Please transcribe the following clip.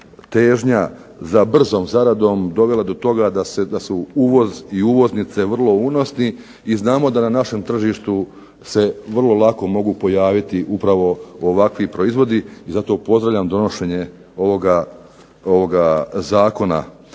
težnja za brzom zaradom dovela do toga da su uvoz i uvoznice vrlo unosni i znamo da se na našem tržištu mogu vrlo lako pojaviti ovakvi proizvodi upravo i zato pozdravljam donošenje ovoga Zakona